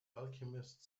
alchemist